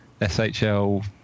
SHL